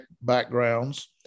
backgrounds